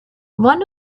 one